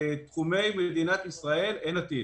בתחומי מדינת ישראל אין עתיד.